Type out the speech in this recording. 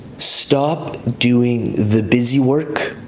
stop doing the busy work,